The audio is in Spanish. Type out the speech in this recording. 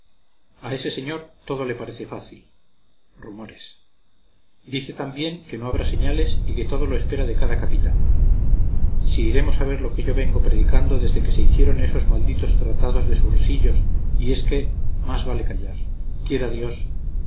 a ese señor todo le parece fácil rumores dice también que no hará señales y que todo lo espera de cada capitán si iremos a ver lo que yo vengo predicando desde que se hicieron esos malditos tratados de sursillos y es que más vale callar quiera dios